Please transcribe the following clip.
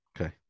Okay